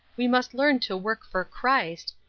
we must learn to work for christ,